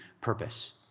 purpose